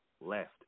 left